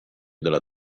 della